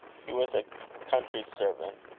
he was a country servant,